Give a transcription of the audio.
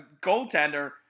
goaltender